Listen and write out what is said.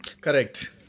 Correct